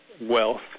wealth